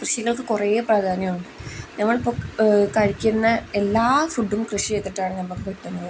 കൃഷികൾക്ക് കുറേ പ്രാധാന്യം ഉണ്ട് നമ്മളിപ്പം കഴിക്കുന്ന എല്ലാ ഫുഡും കൃഷി ചെയ്തിട്ടാണ് നമുക്ക് കിട്ടുന്നത്